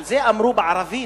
על זה אמרו בערבית,